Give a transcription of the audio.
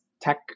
Tech